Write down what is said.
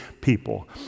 people